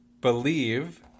believe